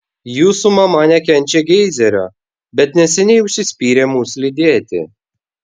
jūsų mama nekenčia geizerio bet neseniai užsispyrė mus lydėti